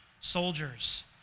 soldiers